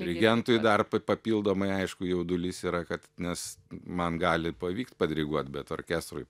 dirigentui dar papildomai aišku jaudulys yra kad nes man gali pavykt padiriguot bet orkestrui